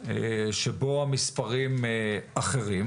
שבו המספרים אחרים.